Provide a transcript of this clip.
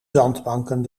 zandbanken